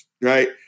right